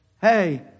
hey